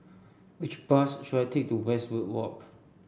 which bus should I take to Westwood Walk